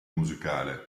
musicale